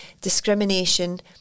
discrimination